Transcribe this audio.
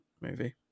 movie